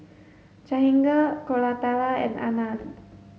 Jahangir Koratala and Anand